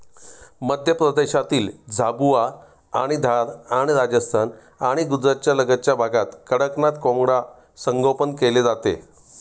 मध्य प्रदेशातील झाबुआ आणि धार आणि राजस्थान आणि गुजरातच्या लगतच्या भागात कडकनाथ कोंबडा संगोपन केले जाते